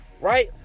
right